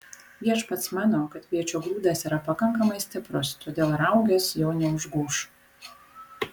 viešpats mano kad kviečio grūdas yra pakankamai stiprus todėl raugės jo neužgoš